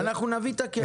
אנחנו נביא את הקרן הזאת.